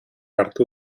hartu